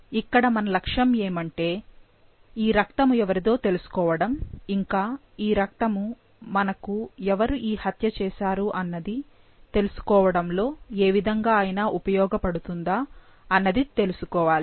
ఇక్కడ మన లక్ష్యం ఏమంటే ఈ రక్తము ఎవరిదో తెలుసుకోవడం ఇంకా ఈ రక్తము మనకు ఎవరు ఈ హత్య చేశారు అన్నది తెలుసుకోవడంలో ఏవిధంగా అయినా ఉపయోగపడుతుందా అన్నది తెలుసుకోవాలి